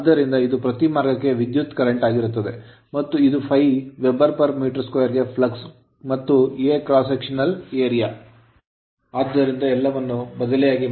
ಆದ್ದರಿಂದ ಇದು ಪ್ರತಿ ಮಾರ್ಗಕ್ಕೆ ವಿದ್ಯುತ್ current ಕರೆಂಟ್ ಆಗಿರುತ್ತದೆ ಮತ್ತು ಇದು ∅ Weber per meter 2 ಗೆ ∅ flux ಫ್ಲಕ್ಸ್ ಮತ್ತು a cross section area ಅಡ್ಡ ವಿಭಾಗ ಪ್ರದೇಶವಾಗಿದೆ